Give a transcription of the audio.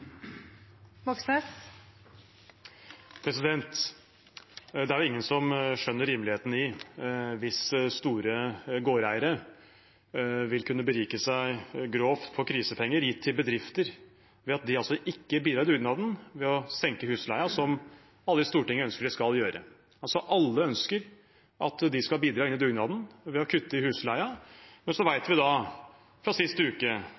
jo ingen som skjønner rimeligheten i det hvis store gårdeiere skal kunne berike seg grovt på krisepenger gitt til bedrifter ved at de ikke bidrar til dugnaden ved å senke husleien, som alle i Stortinget ønsker de skal gjøre. Alle ønsker at de skal bidra i dugnaden ved å kutte i husleien. Så vet vi fra sist uke